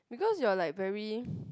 because you are like very